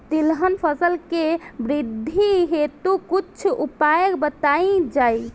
तिलहन फसल के वृद्धी हेतु कुछ उपाय बताई जाई?